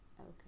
okay